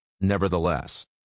nevertheless